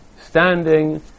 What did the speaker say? standing